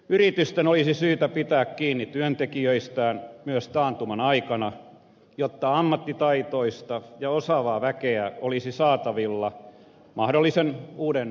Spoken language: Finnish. yritysten olisi syytä pitää kiinni työntekijöistään myös taantuman aikana jotta ammattitaitoista ja osaavaa väkeä olisi saatavilla mahdollisen uuden nousun alkaessa